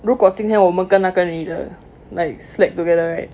如果今天我们跟那个女的 like slept together right